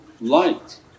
light